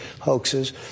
hoaxes